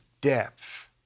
depth